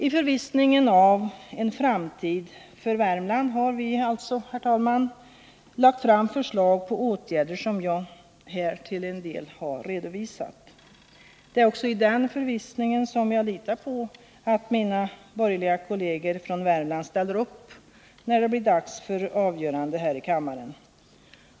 I förvissningen om en framtid för Värmland har vi alltså, herr talman, lagt fram förslag på åtgärder som jag här till en del har redovisat. Det är också i den förvissningen som jag litar på att mina borgerliga kolleger från Värmland ställer upp när det blir dags för avgörande här i kammaren.